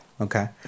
okay